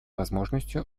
возможностью